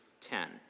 ten